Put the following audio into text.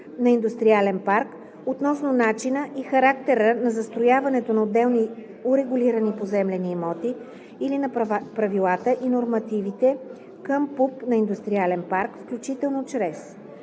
на индустриален парк относно начина и характера на застрояването на отделни урегулирани поземлени имоти или на правилата и нормативите към ПУП на индустриален парк, включително чрез: